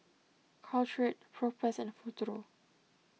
Caltrate Propass and Futuro